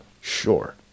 sure